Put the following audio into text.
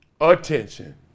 Attention